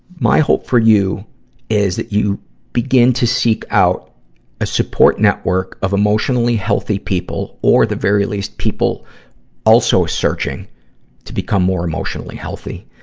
my hope for you is that you begin to seek out a support network of emotionally healthy people or the very least people also searching to become more emotionally healthy,